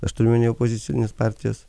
aš turiu omeny opozicines partijas